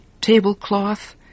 tablecloth